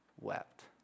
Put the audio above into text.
wept